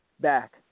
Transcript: back